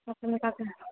ఒక నిమిషం ఒకనిమిషం